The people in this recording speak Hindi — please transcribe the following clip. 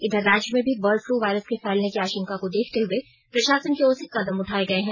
इधर राज्य में भी बर्ड फ़्ले वायरस के फैलने की आशंका को देखते हुए प्रशासन की ओर से कदम उठाये गये हैं